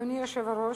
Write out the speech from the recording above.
אדוני היושב-ראש,